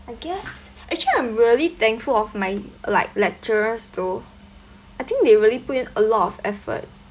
I guess actually I'm really thankful of my like lecturers though I think they really put in a lot of effort